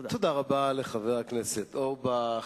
תודה רבה לחבר הכנסת אורבך.